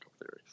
theories